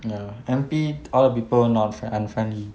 ya N_P all the people not frien~ unfriendly